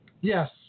Yes